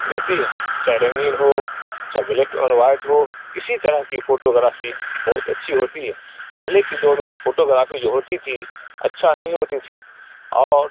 دیتی ہے چاہے رنگین ہو چاہے بلیک اینڈ وائٹ ہو اسی طرح کی فوٹوگرافی بہت اچھی ہوتی ہے پہلے کی دور میں فوٹوگرافی جو ہوتی تھی اچھا نہیں ہوتی تھی اور